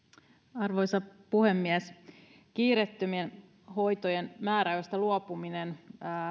arvoisa puhemies kiireettömien hoitojen määräajoista luopuminen